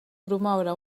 promoure